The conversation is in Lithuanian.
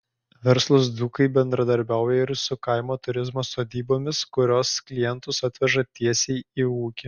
verslūs dzūkai bendradarbiauja ir su kaimo turizmo sodybomis kurios klientus atveža tiesiai į ūkį